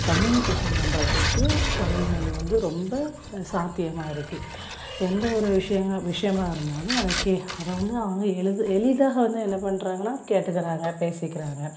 communication பண்ணுறதுக்கு தமிழ்மொலி வந்து ரொம்ப சாத்தியமாக இருக்குது எந்த ஒரு விஷயங்க விஷயமாக இருந்தாலும் அதை கே அதை வந்து அவங்க எழுத எளிதாக வந்து என்ன பண்ணுறங்கன்னா கேட்டுக்கிறாங்க பேசிக்கிறாங்க